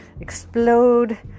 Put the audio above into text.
explode